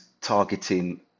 targeting